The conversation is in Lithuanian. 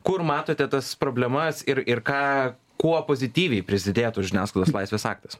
kur matote tas problemas ir ir ką kuo pozityviai prisidėtų žiniasklaidos laisvės aktas